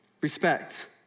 respect